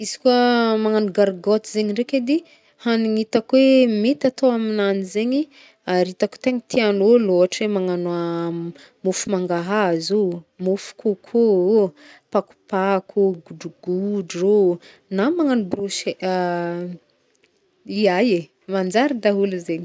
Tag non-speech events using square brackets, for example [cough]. Izy koa [hesitation] magnagno gargôty zegny ndraiky edy! Hagnign hitako hoe mety atao amnanjy zegny, ary itako tegna tiagn'olô ôhatra hoe magnagno [hesitation] mofo mangahazo o, mofo côcô ô, pakopako ô, godrogodro ô, na magnagno brôchety [hesitation] iaie, manjary daholo zegny.